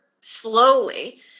slowly